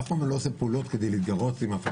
אף פעם אני לא עושה פעולות כדי להתגרות בפלסטינים,